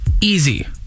Easy